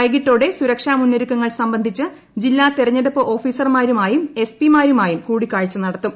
വൈകിട്ടോടെ സുരക്ഷാമുന്നൊരുക്കങ്ങൾ സംബന്ധിച്ച് ജില്ലാ തെരഞ്ഞെടുപ്പ് ഓഫീസർമാരുമായും എസ്പിമാരുമായും കൂടിക്കാഴ്ച ് നടത്തും